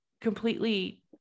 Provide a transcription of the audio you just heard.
completely